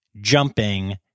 jumping